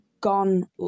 gone